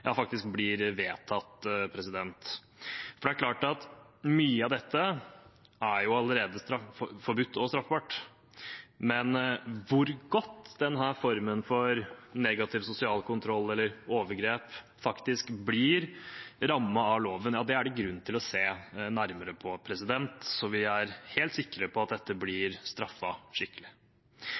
faktisk blir vedtatt. Det er klart at mye av dette er allerede forbudt og straffbart, men hvor godt denne formen for negativ sosial kontroll eller overgrep faktisk blir rammet av loven – ja, det er det grunn til å se nærmere på, så vi er helt sikre på at dette blir straffet skikkelig.